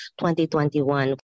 2021